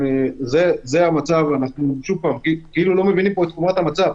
זה המצב, ושוב, כאילו לא מבינים פה את חומרת המצב.